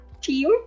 team